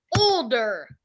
older